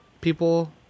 people